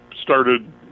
started